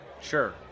sure